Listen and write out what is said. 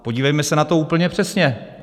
Podívejme se na to úplně přesně.